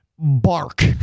bark